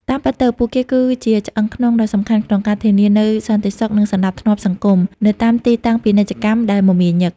តាមពិតទៅ ពួកគេគឺជាឆ្អឹងខ្នងដ៏សំខាន់ក្នុងការធានានូវសន្តិសុខ និងសណ្តាប់ធ្នាប់សង្គម នៅតាមទីតាំងពាណិជ្ជកម្មដែលមមាញឹក។